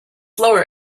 lower